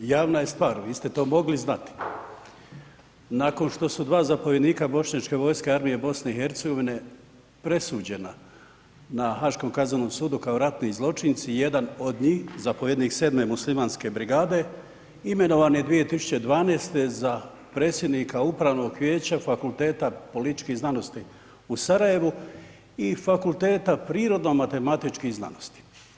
Javna je stvar, vi ste to mogli znati nakon što su dva zapovjednika bošnjačke vojske Armije Bosne i Hercegovine presuđena na Haškom kaznenom sudu kao ratni zločinci jedan od njih zapovjednik 7. muslimanske brigade imenovan je 2012. za predsjednika Upravnog vijeća Fakulteta političkih znanosti u Sarajevu i Fakulteta prirodno-matematičkih znanosti.